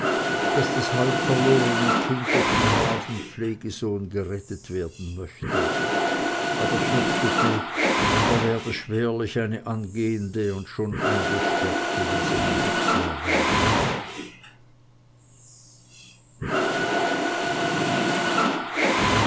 daß das halb verlorene kind durch den braven pflegesohn gerettet werden möchte aber fürchtete der werde schwerlich eine angehende und schon eingesperrt gewesene hexe erwerben wollen